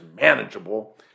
manageable